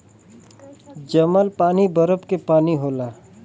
जमल पानी बरफ के पानी होला